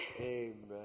Amen